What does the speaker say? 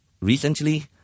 Recently